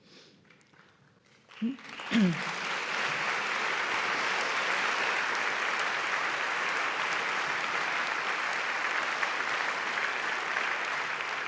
applaudissements